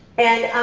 and